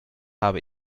habe